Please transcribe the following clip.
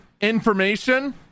information